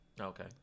Okay